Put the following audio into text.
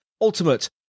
ultimate